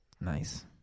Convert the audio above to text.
Nice